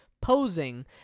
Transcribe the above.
posing